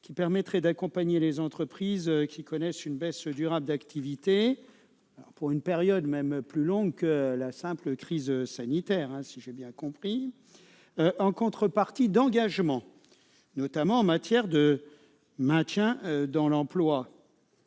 qui permettrait d'accompagner les entreprises subissant une baisse durable d'activité pendant une période plus longue que la simple crise sanitaire, en contrepartie d'engagements, notamment en matière de maintien dans l'emploi,